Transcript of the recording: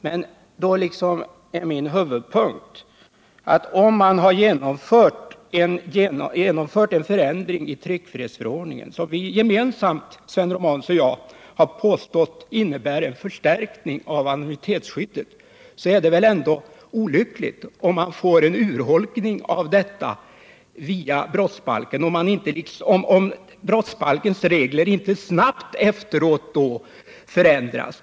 Men min synpunkt är att om man har genomfört en förändring i tryckfrihetsförordningen, som både Sven Romanus och jag har påstått innebär en förstärkning av anonymitetsskyddet, är det olyckligt om vi får en urholkning av detta på grund av att brottsbalkens regler inte snabbt ändras.